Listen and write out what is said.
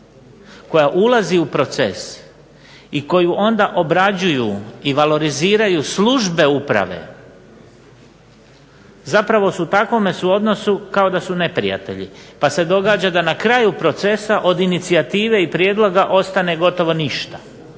koja ulazi u proces i koju onda obrađuju i valoriziraju službe uprave zapravo su u takvom suodnosu kao da su neprijatelji pa se događa da na kraju procesa od inicijative i prijedloga ostane gotovo ništa